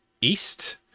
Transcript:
East